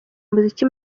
umuziki